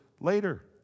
later